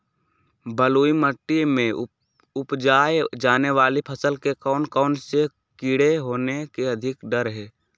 बलुई मिट्टी में उपजाय जाने वाली फसल में कौन कौन से कीड़े होने के अधिक डर हैं?